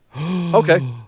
Okay